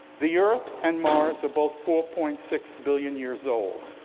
the earth and mars are both four point six billion years old.